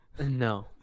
No